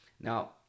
Now